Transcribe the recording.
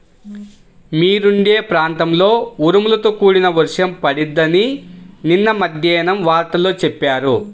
మీరుండే ప్రాంతంలో ఉరుములతో కూడిన వర్షం పడిద్దని నిన్న మద్దేన్నం వార్తల్లో చెప్పారు